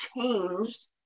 changed